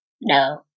no